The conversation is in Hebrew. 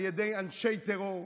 על ידי אנשי טרור,